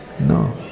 No